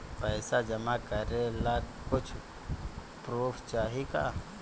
पैसा जमा करे ला कुछु पूर्फ चाहि का?